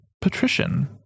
patrician